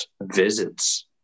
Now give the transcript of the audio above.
visits